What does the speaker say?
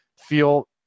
feel